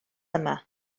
yma